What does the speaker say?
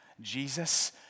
Jesus